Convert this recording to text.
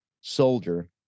soldier